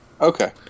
Okay